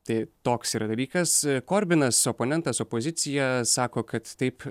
tai toks yra dalykas korbinas oponentas opozicija sako kad taip